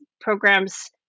programs